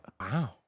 Wow